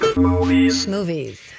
Movies